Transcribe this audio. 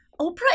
Oprah